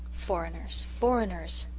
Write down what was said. foreigners foreigners,